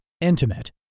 intimate